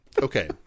Okay